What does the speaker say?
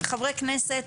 חברי כנסת,